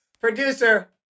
Producer